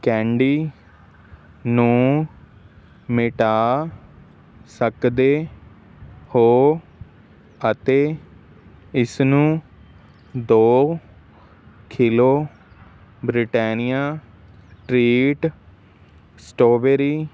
candy ਨੂੰ ਮਿਟਾ ਸਕਦੇ ਹੋ ਅਤੇ ਇਸ ਨੂੰ ਦੋ ਕਿਲੋ ਬ੍ਰਿਟੈਨਿਆ ਟ੍ਰੀਟ ਸਟ੍ਰਾਬੇਰੀ